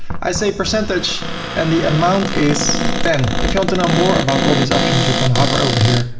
i say percentage and the amount is ten. if you want to know more about all these options, you can hover over here.